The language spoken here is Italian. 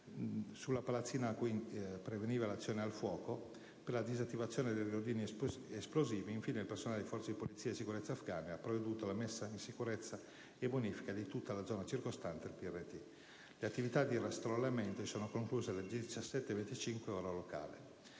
nella palazzina da dove proveniva l'azione di fuoco e per la disattivazione di ordigni esplosivi. Infine, il personale delle Forze di polizia e di sicurezza afghane ha provveduto per la messa in sicurezza e la bonifica della zona circostante il PRT. Le attività di rastrellamento si sono concluse alle ore 17,25 locali.